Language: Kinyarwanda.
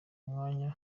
umwanya